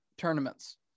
tournaments